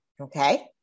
Okay